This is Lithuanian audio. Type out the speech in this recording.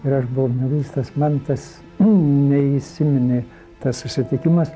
ir aš buvau mieguistas mantas neįsiminė tas susitikimas